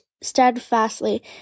steadfastly